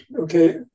Okay